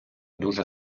дуже